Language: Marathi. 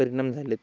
परिणाम झालेत